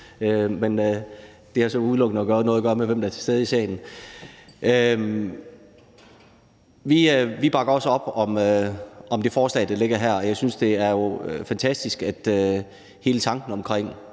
men det har jo så udelukkende noget at gøre med, hvem der er til stede i salen. Vi bakker også op om det forslag, der ligger her. Jeg synes, at det jo er fantastisk, at hele tanken omkring